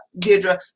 Gidra